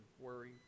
worry